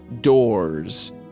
doors